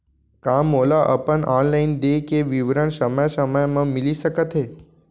का मोला अपन ऑनलाइन देय के विवरण समय समय म मिलिस सकत हे?